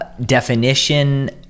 definition